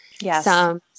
Yes